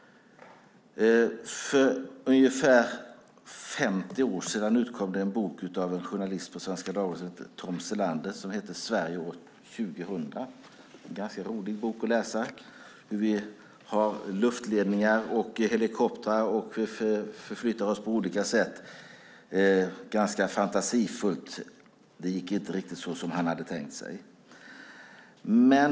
För ungefär 50 år sedan utkom en bok av journalisten Tom Selander på Svenska Dagbladet som hette Sverige år 2000 . Det är en ganska rolig bok att läsa. Den handlar om att vi har luftledningar, helikoptrar och förflyttar oss på olika sätt. Det är ganska fantasifullt. Det gick inte riktigt såsom han hade tänkt sig.